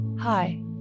Hi